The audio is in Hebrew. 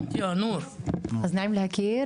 אז נעים מאוד,